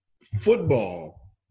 football